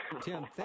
Tim